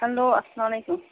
hello اسلام علیکُم